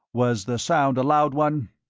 was the sound a loud one?